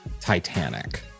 Titanic